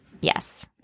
yes